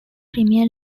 premier